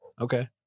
okay